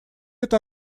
это